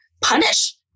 punish